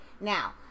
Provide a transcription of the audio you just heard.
Now